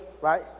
right